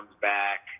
back